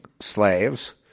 slaves